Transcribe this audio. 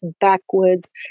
backwards